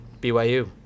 BYU